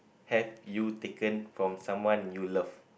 have you taken for someone you love